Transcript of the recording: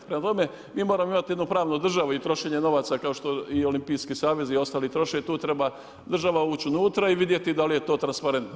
Prema tome, mi moramo imati jednu pravnu državu i trošenje novaca kao što i Olimpijski savez i ostali troše tu treba država ući unutra i vidjeti da li je to transparentno.